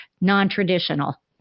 Non-traditional